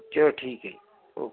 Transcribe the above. ਚਲੋ ਠੀਕ ਹੈ ਜੀ ਓਕ